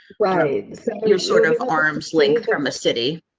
right? you're sort of arms length from the city.